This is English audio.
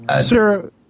Sarah